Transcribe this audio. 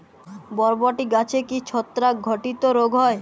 বরবটি গাছে কি ছত্রাক ঘটিত রোগ হয়?